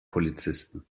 polizisten